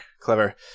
clever